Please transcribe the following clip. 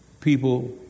people